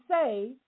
say